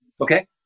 Okay